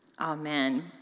Amen